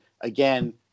again